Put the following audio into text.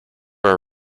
are